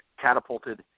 catapulted